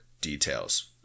details